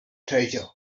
treasure